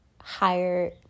higher